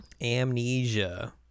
Amnesia